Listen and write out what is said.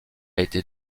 été